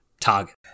target